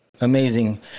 Amazing